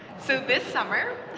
so this summer,